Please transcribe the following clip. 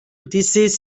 disease